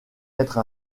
être